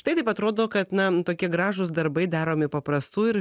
štai taip atrodo kad na tokie gražūs darbai daromi paprastų ir